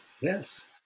Yes